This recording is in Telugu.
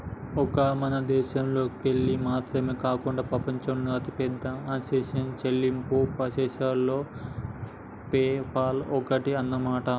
ఒక్క మన దేశంలోకెళ్ళి మాత్రమే కాకుండా ప్రపంచంలోని అతిపెద్ద ఆన్లైన్ చెల్లింపు ప్రాసెసర్లలో పేపాల్ ఒక్కటి అన్నమాట